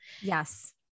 Yes